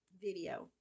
video